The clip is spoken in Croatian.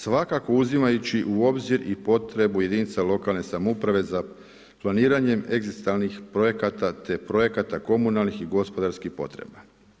Svakako uzimajući u obzir i potrebu jedinica lokalne samouprave za planiranjem egzistalnih projekata te projekata komunalnih i gospodarskih potreba.